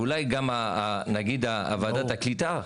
ואולי גם וועדת הקליטה,